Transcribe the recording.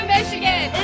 Michigan